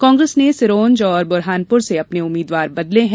कांग्रेस ने सिरोंज और बुरहानपुर से अपने उम्मीद्वार बदले हैं